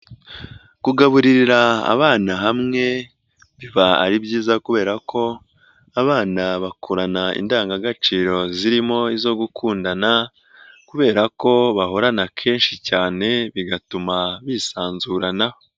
Kugaburirira abana hamwe biba ari byiza kubera ko abana bakurana indangagaciro zirimo izo gukundana kubera ko bahorana kenshi cyane bigatuma bisanzuranaho.